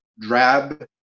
drab